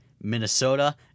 Minnesota